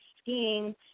skiing